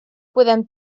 podem